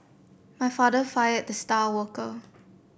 my father fired the star worker